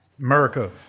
America